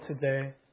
today